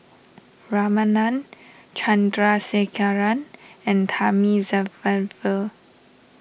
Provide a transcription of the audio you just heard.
Ramanand Chandrasekaran and Thamizhavel